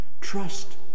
Trust